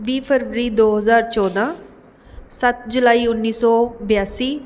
ਵੀਹ ਫਰਵਰੀ ਦੋ ਹਜ਼ਾਰ ਚੌਦ੍ਹਾਂ ਸੱਤ ਜੁਲਾਈ ਉੱਨੀ ਸੌ ਬਿਆਸੀ